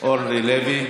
אורלי לוי,